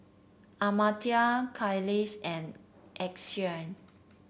Amartya Kailash and Akshay